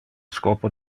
scopo